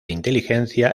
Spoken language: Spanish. inteligencia